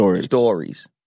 stories